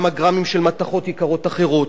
כמה גרמים של מתכות יקרות אחרות.